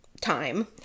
time